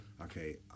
okay